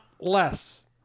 less